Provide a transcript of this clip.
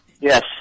Yes